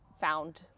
found